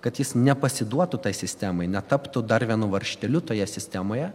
kad jis nepasiduotų tai sistemai netaptų dar vienu varžteliu toje sistemoje